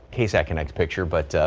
ksat connect picture but